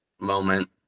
moment